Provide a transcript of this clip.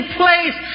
place